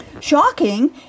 Shocking